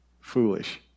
foolish